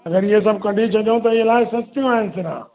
अगरि इहो सभु कॾहिं छॾियूं त इलाही सस्तियूं आहिनि सिरां